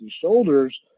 shoulders